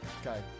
Okay